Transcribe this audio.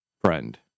friend